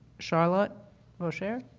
charlotte roschare?